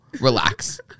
relax